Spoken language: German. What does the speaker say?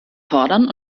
fordern